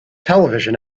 television